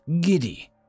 giddy